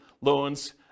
loans